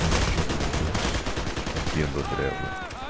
um instincto de luz rompendo a treva